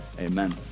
amen